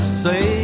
say